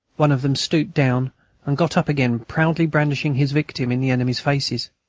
one of them stooped down and got up again proudly brandishing his victim in the enemy's faces.